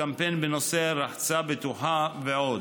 הקמפיין בנושא רחצה בטוחה ועוד.